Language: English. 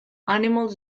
animals